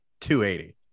280